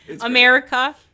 america